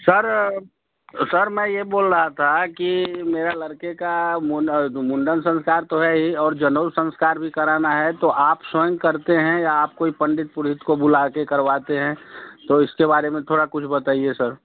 sir sir मैं ये बोल रहा था कि मेरा लड़के का मुंडन संस्कार तो है ही और जनेऊ संस्कार भी कराना हैं तो आप स्वयं करते हैं या आप कोई पंडित पुरोहित को बुला कर करवाते हैं तो इसके बारे में थोड़ा कुछ बताइए सर